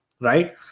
Right